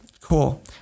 cool